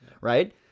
right